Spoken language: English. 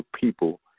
people